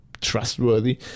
trustworthy